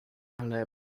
ale